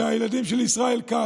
אני מבטיח לך שהילדים של ישראל כץ